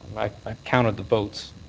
counted the votes,